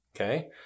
okay